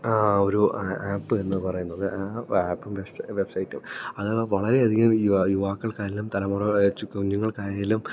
ഒരു ആപ്പ് എന്നു പറയുന്നത് ആപ്പും വെബ്സൈറ്റും അതു വളരെയധികം യുവാക്കൾക്കായാലും തലമുറ വെച്ച് കുഞ്ഞുങ്ങൾക്കായാലും